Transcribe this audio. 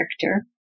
character